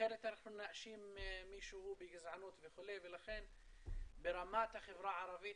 אחרת אנחנו נאשים מישהו בגזענות וכו' ולכן ברמת החברה הערבית